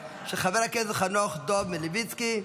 של חבר הכנסת חנוך דב מלביצקי.